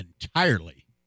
entirely